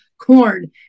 Corn